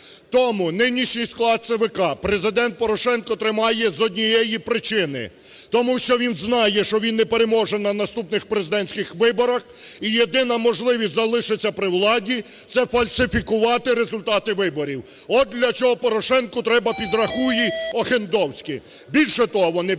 Тому нинішній склад ЦВК Президент Порошенко тримає з однієї причини – тому що він знає, що він не переможе на наступних президентських виборах і єдина можливість залишитися при владі – це фальсифікувати результати виборів, от для чого Порошенку треба "підрахуї" Охендовські. Більше того, вони брешуть,